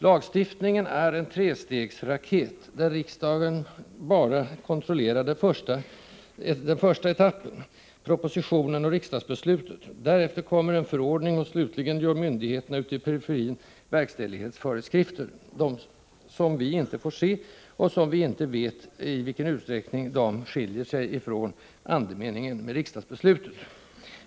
Lagstiftningen är en trestegsraket, där riksdagen bara kontrollerar det första steget: propositionen och riksdagsbeslutet. Därefter kommer en förordning, och slutligen utfärdar myndigheterna ute i periferin verkställighetsföreskrifter, som vi inte får se och således vet vi inte i vilken utsträckning de skiljer sig från andemeningen i riksdagsbeslutet.